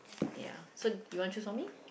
ya so you want choose for me